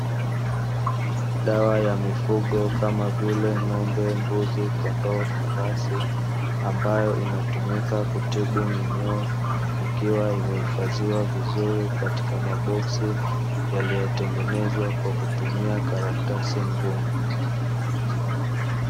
Dawa ya mifugo kama vile: ng'ombe, mbuzi, kondoo, farasi; ambayo inatumika kutibu minyoo, ikiwa imehifadhiwa vizuri katika maboksi yaliyotengenezwa kwa kutumia karatasi ngumu.